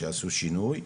שיעשו שינוי.